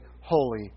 holy